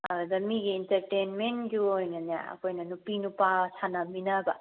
ꯑꯗꯨꯗ ꯃꯤꯒꯤ ꯏꯟꯇꯔꯇꯦꯟꯃꯦꯟꯒꯤ ꯑꯣꯏꯅꯅꯦ ꯑꯩꯈꯣꯏꯅ ꯅꯨꯄꯤ ꯅꯨꯄꯥ ꯁꯥꯟꯅꯃꯤꯟꯅꯕ